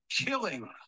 Killing